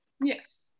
yes